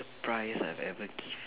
prize I've ever gift